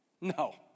No